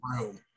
room